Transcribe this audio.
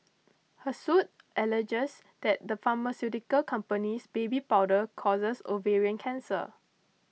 her suit alleges that the pharmaceutical company's baby powder causes ovarian cancer